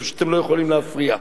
איפה שאתם לא יכולים להפריע.